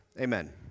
amen